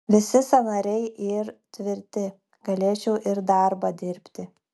visi sąnariai yr tvirti galėčiau ir darbą dirbti